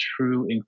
true